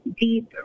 deep